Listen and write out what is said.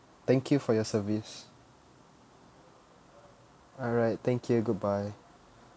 thank you for your service alright thank you goodbye